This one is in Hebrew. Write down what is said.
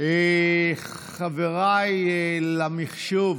חבריי למחשוב,